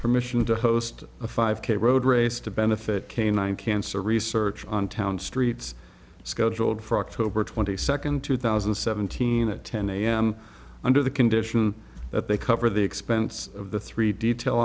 permission to host a five k road race to benefit canine cancer research on town streets scheduled for october twenty second two thousand and seventeen at ten am under the condition that they cover the expense of the three detail